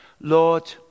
Lord